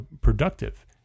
productive